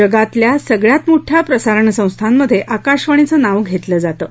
जगातल्या सगळ्यात मोठ्या प्रसारण संस्थांमध्ये आकाशवाणीचं नाव घेतलं जातं